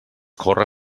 corre